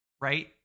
right